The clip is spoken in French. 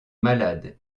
malade